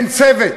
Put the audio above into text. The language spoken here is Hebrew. אין צוות,